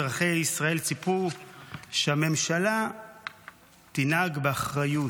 אזרחי ישראל ציפו שהממשלה תנהג באחריות,